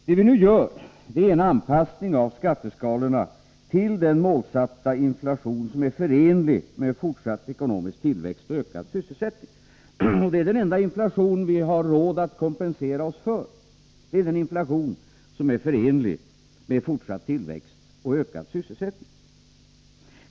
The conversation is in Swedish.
Det vi nu gör innebär en anpassning av skatteskalorna till den målsatta inflation som är förenlig med fortsatt ekonomisk tillväxt och ökad sysselsättning. Det är den enda inflation vi har råd att kompensera oss för — det är den inflation som är förenlig med fortsatt tillväxt och ökad sysselsättning.